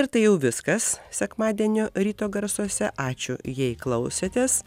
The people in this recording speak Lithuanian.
ir tai jau viskas sekmadienio ryto garsuose ačiū jei klausėtės